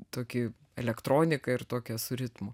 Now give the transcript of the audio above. tokį elektroniką ir tokią su ritmu